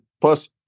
plus